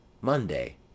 Monday